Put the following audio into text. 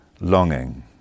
longing